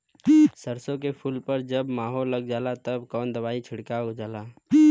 सरसो के फूल पर जब माहो लग जाला तब कवन दवाई छिड़कल जाला?